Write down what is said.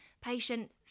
patient